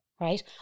right